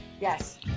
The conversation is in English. yes